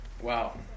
wow